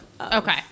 Okay